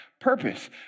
purpose